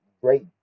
great